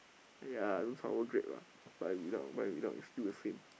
!aiya! don't sour grape lah by without by without it's still the same